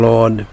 Lord